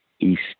East